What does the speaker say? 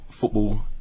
football